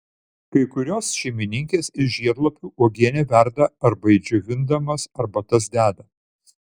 kai kurios šeimininkės iš žiedlapių uogienę verda arba į džiovinamas arbatas deda